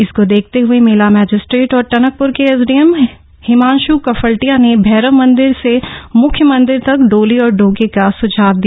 इसको देखते हुए मेला मजिस्ट्रेट और टनकप्र के एसडीएम हिमांश् कफल्टिया ने भैरव मंदिर से मुख्य मंदिर तक डोली और डोके का सुझाव दिया